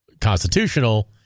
constitutional